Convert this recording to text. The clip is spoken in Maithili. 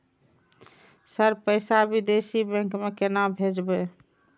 सर पैसा विदेशी बैंक में केना भेजबे?